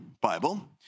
Bible